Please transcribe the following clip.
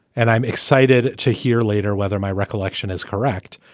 and i'm excited to hear later whether my recollection is correct,